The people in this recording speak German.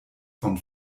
von